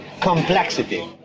Complexity